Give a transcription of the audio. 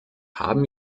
haben